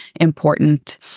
important